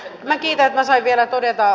mäkinen sai vielä todeta